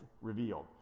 revealed